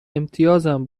امتیازم